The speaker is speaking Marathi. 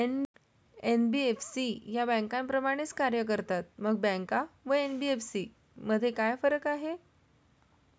एन.बी.एफ.सी या बँकांप्रमाणेच कार्य करतात, मग बँका व एन.बी.एफ.सी मध्ये काय फरक आहे?